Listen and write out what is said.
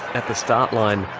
at the start line,